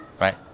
right